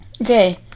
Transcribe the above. Okay